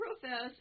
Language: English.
profess